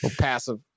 Passive